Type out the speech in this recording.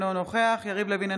אינו נוכח יריב לוין,